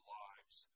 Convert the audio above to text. lives